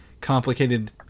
complicated